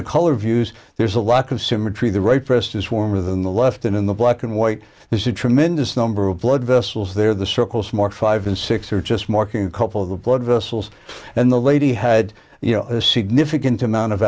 the color views there's a lot of symmetry the right breast is warmer than the left and in the black and white there's a tremendous number of blood vessels there the circle smart five and six are just marking a couple of the blood vessels and the lady had you know a significant amount of